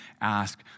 ask